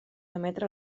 emetre